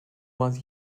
was